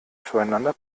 zueinander